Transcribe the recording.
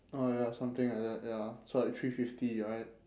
ah ya something like that ya so like three fifty alright